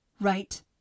right